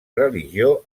religió